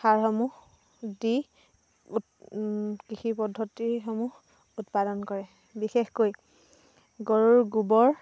সাৰসমূহ দি উৎ কৃষি পদ্ধতিসমূহ উৎপাদন কৰে বিশেষকৈ গৰুৰ গোবৰ